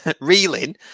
Reeling